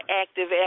active